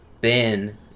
Ben